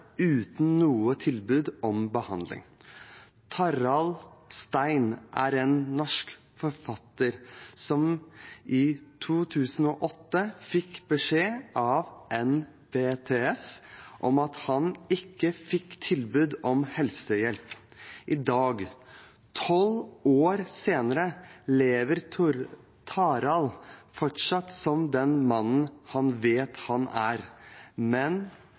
uten noe tilbud om behandling. Tarald Stein er en norsk forfatter som i 2008 fikk beskjed av NBTS om at han ikke fikk tilbud om helsehjelp. I dag, tolv år senere, lever Tarald fortsatt som den mannen han vet han er, men